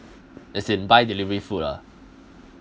as in buy delivery food ah